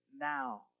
now